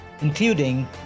including